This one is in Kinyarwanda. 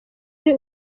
ari